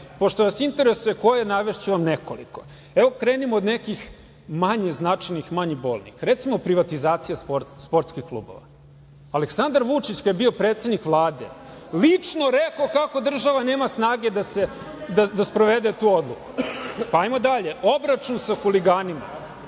zid. Pošto vas interesuje koje, navešću vam nekoliko. Krenimo od nekih manjih značajnih i manje bolnih. Recimo, privatizacija sportskih klubova. Aleksandar Vučić kad je bio predsednik Vlade lično je rekao kako država nema snage da sprovede tu odluku. Ajmo dalje, obračun sa huliganima.